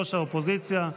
ראש האופוזיציה.